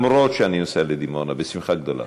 אדוני היושב-ראש, הוא היחיד שנמצא ורוצה לדבר.